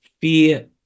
fear